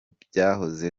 byahoze